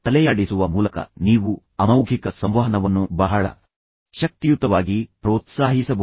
ತಲೆಯಾಡಿಸುವ ಮೂಲಕ ನೀವು ಅಮೌಖಿಕ ಸಂವಹನವನ್ನು ಬಹಳ ಶಕ್ತಿಯುತವಾಗಿ ಪ್ರೋತ್ಸಾಹಿಸಬಹುದು